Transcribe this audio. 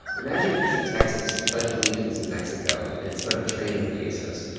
imagine a piece of texas pledged allegiance to mexico and started trading in pesos.